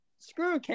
Screw